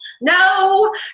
No